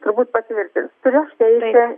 turbūt patvirtins turiu aš teisę